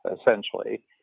essentially